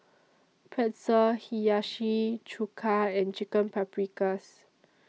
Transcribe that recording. Pretzel Hiyashi Chuka and Chicken Paprikas